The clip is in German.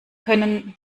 können